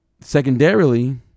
secondarily